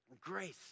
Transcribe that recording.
Grace